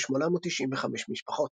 ו-895 משפחות.